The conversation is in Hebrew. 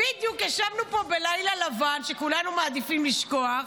בדיוק ישבנו פה בלילה לבן, שכולנו מעדיפים לשכוח,